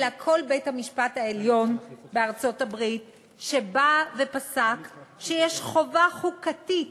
אלא כל בית-המשפט העליון בארצות-הברית בא ופסק שיש חובה חוקתית